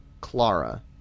clara